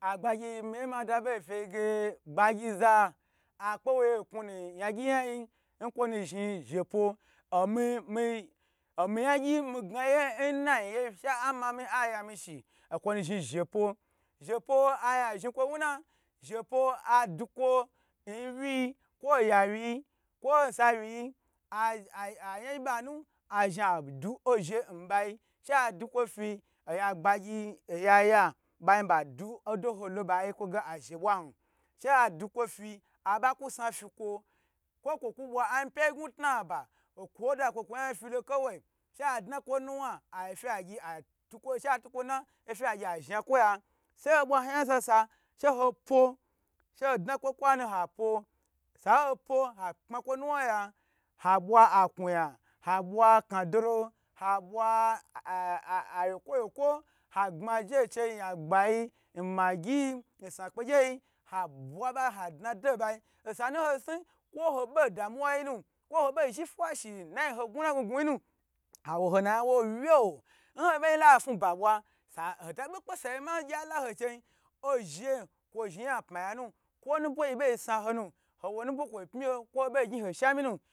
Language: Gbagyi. Agbagyi miye ma da bo fyi ge gbagyi za akpe wo ye nkunu yi nu yan gyi yan yi nkwo nu zhni shepwo omi mi omi yan gyi n mi ga ye nnayiye she a mami ayami shi dkwo nu zhni zhe pwo zhe pwo ayi a zhni kwo wu na zhe pwo adu kwo nwi kwo n yawi yi kwon sawi yi a a ya yi ba nu azhni adu ozhe n bayi she adukwo fi oya gbayi oyi aya ben ba du oda ho lo ayi kwa ge azhe bwa hn she a du kwofi abaku sna fi kwo kwo ku bwa ayin pye yi ngnu kpa ba ofwa da kwo kwo yan filo kowaye she a dna kwo nu wan ofre gyi a zha kwo ya she ho bwa ho ya kwo sa she ho pwo ha kpa kwo nuwan ya ha bwa akpuya, ha bwa kna dolo ha bwa uye kwo wye kwo ha gbma ge chei ngan gba yi nmigiyi nsna kpe gye yi ha bwa ba ha dna do bayi osanu ho sni kwo ho bo tamwa yi nu kwo ho bo zhi fa shinu nayi ho gnu na gnu gnu yi nu how ho nayi awu wjeo nho boi lafu ba bwa ho to bo kpe saye mi gye alaho chei ozhe kwo zhni yan apma yan nu kwo nuboi bo sna ho, ho wo nubwo gni kwo pmi ho kwo ho bo shaminu.